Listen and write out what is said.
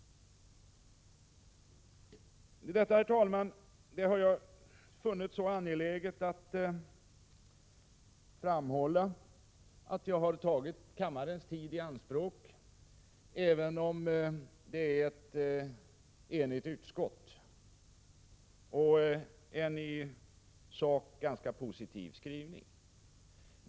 Detta, herr talman, har jag funnit så angeläget att framhålla att jag har tagit kammarens tid i anspråk, även om ett enigt utskott står bakom betänkandet. Utskottets skrivning är i sak ganska positiv.